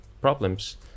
problems